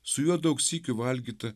su juo daug sykių valgyta